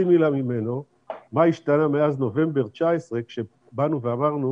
מילה ממנו מה השתנה מאז נובמבר 19' כשבאנו ואמרנו